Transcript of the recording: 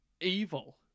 evil